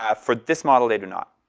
ah for this model, they do not,